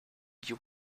you